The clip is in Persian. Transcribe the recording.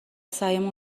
سعیمون